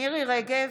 מירי מרים רגב,